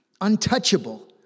untouchable